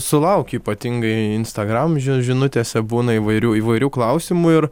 sulaukiu ypatingai instagram ži žinutėse būna įvairių įvairių klausimų ir